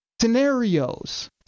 scenarios